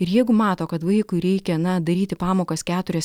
ir jeigu mato kad vaikui reikia na daryti pamokas keturias